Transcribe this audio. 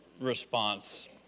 response